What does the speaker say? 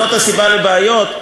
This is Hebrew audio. זאת הסיבה לבעיות?